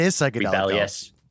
rebellious